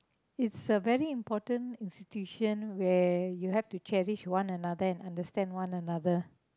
it's a very important institution where you have to cherish one another and understand one another